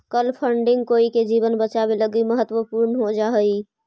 कल फंडिंग कोई के जीवन बचावे लगी महत्वपूर्ण हो जा हई